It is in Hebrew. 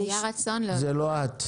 זאת לא את.